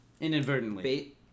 inadvertently